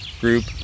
group